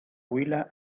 huila